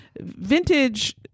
vintage